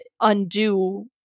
undo